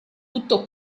tutto